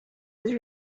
his